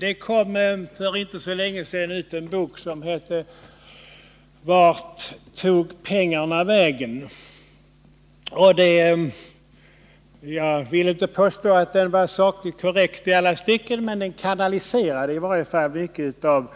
Det kom för inte så länge sedan ut en bok som hette ”Vart tog pengarna vägen?” Jag vill inte påstå att den var sakligt korrekt i alla stycken, men den kanaliserade ändå mycket av